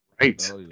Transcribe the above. Right